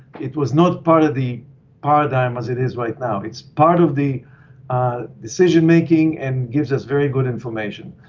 it was not part of the paradigm as it is right now. it's part of the decision making and gives us very good information.